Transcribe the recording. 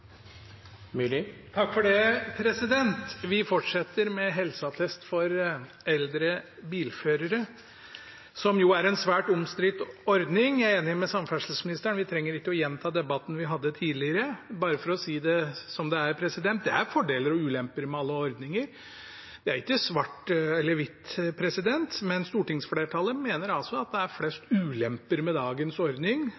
Vi fortsetter med helseattest for eldre bilførere, som er en svært omstridt ordning. Jeg er enig med samferdselsministeren, vi trenger ikke å gjenta debatten som vi hadde tidligere. Bare for å si det som det er: Det er fordeler og ulemper med alle ordninger, det er ikke svart eller hvitt. Men stortingsflertallet mener altså at det er